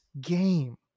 game